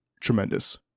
tremendous